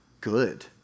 good